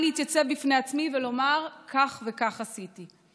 להתייצב בפני עצמי ולומר: כך וכך עשיתי".